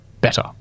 better